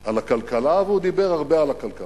על הכלכלה והוא דיבר הרבה על הכלכלה.